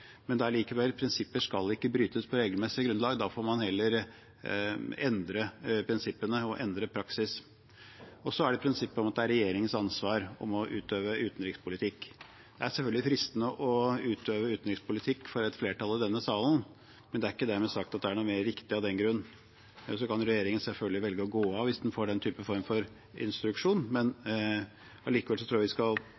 men det er likevel slik at prinsipper ikke skal brytes på regelmessig grunnlag. Da får man heller endre prinsippene og endre praksis. Så er prinsippet at det er regjeringens ansvar å utøve utenrikspolitikk. Det er selvfølgelig fristende for et flertall å utøve utenrikspolitikk i denne salen, men det er ikke dermed sagt at det er noe mer riktig av den grunn. Regjeringen kan selvfølgelig velge å gå av hvis man får den form for instruksjon, men